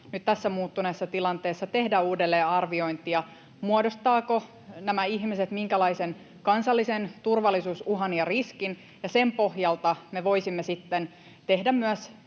tässä muuttuneessa tilanteessa tehdä uudelleenarviointia, muodostavatko nämä ihmiset minkälaisen kansallisen turvallisuusuhan ja -riskin, ja sen pohjalta me voisimme sitten tehdä myös